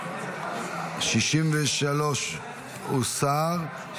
63 הוסרה.